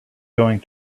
going